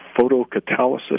Photocatalysis